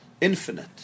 infinite